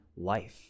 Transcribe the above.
life